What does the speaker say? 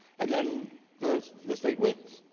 and then the the state wins.